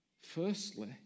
firstly